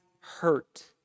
hurt